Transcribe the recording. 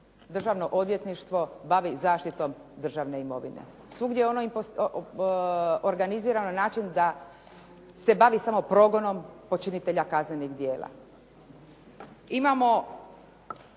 Državno odvjetništvo bavi zaštitom državne imovine. Svugdje je ono organizirano na način da se bavi samo progonom počinitelja kaznenih djela.